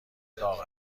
داغ